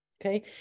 okay